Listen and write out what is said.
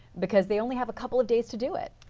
because they only have a couple of days to do it.